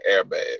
airbag